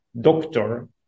doctor